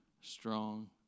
strong